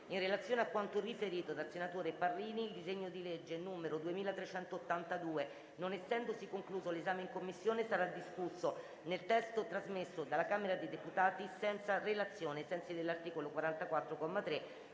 in relazione a quanto riferito dal senatore Parrini, il disegno di legge n. 2382, non essendosi concluso l'esame in Commissione, sarà discusso nel testo trasmesso dalla Camera dei deputati senza relazione, ai sensi dell'articolo 44,